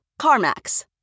CarMax